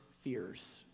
fears